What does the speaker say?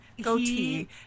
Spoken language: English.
goatee